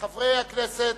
חבר הכנסת